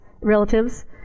relatives